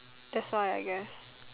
that's why I guess